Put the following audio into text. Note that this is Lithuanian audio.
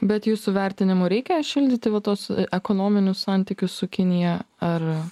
bet jūsų vertinimu reikia šildyti va tuos ekonominius santykius su kinija ar